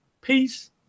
peace